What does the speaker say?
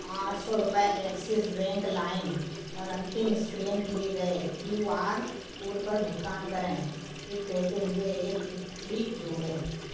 आठ सौ रुपये एक्सिस बैंक लाइम पर अंतिम स्क्रैन किए गए क्यू आर कोड पर भुगतान करें टिप कहते हुए एक टिप्पणी जोड़ें